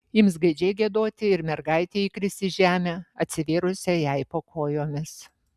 ims gaidžiai giedoti ir mergaitė įkris į žemę atsivėrusią jai po kojomis